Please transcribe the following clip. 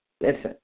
listen